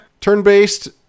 Turn-based